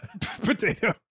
potato